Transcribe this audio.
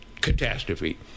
catastrophe